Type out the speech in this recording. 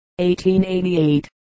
1888